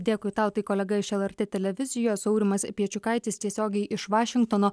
dėkui tau tai kolega iš lrt televizijos aurimas piečiukaitis tiesiogiai iš vašingtono